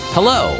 Hello